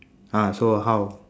ah so how